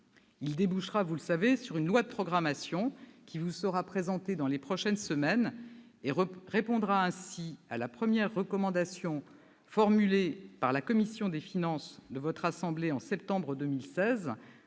Il débouchera, vous le savez, sur une loi de programmation qui vous sera présentée dans les prochaines semaines, et répondra ainsi à la première recommandation formulée par la commission des finances du Sénat en septembre 2016